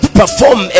perform